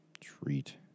Treat